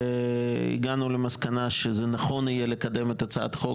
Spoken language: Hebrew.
הגענו למסקנה שנכון יהיה לקדם את הצעת החוק